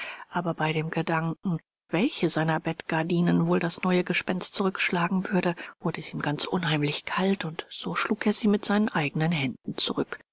aber bei dem gedanken welche seiner bettgardinen wohl das neue gespenst zurückschlagen würde wurde es ihm ganz unheimlich kalt und so schlug er sie mit seinen eigenen händen zurück